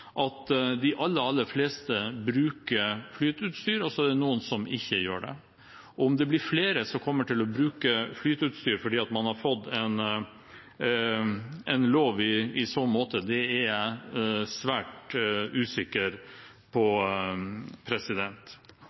at de aller, aller fleste bruker flyteutstyr, og så er det noen som ikke gjør det. Om det blir flere som kommer til å bruke flyteutstyr fordi man har fått en lov i så måte, er jeg svært usikker på.